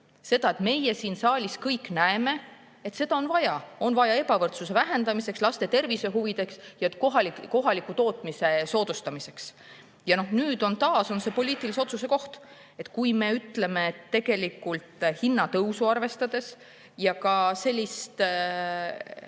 [Nüüd] meie siin saalis kõik näeme, et seda on vaja, et seda on vaja ebavõrdsuse vähendamiseks, laste tervise huvides ja kohaliku tootmise soodustamiseks. Ja nüüd on taas poliitilise otsuse koht. Kui me ütleme, et tegelikult hinnatõusu arvestades, koolitoidu